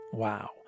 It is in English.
Wow